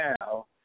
now